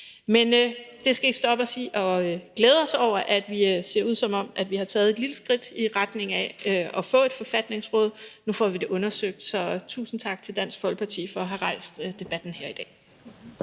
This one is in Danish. Men det skal ikke stoppe os i at glæde os over, at det ser ud, som om vi har taget et lille skridt i retning af at få et forfatningsråd. Nu får vi det undersøgt. Så tusind tak til Dansk Folkeparti for at have rejst debatten her i dag.